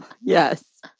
Yes